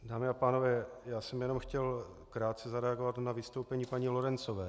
Dámy a pánové, já jsem jenom chtěl krátce zareagovat na vystoupení paní Lorencové.